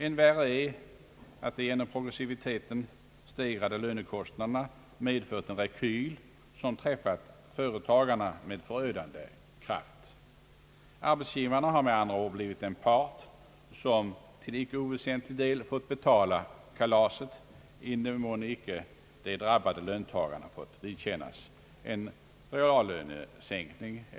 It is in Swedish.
än värre är att de genom progressiviteten stegrade lönekostnaderna medfört en rekyl som träffat företagarna med förödande kraft. Arbetsgivarna har med andra ord blivit den part som till icke oväsentlig del fått betala kalaset; i den mån icke de drabbade löntagarna fått vidkännas en reallönesänkning.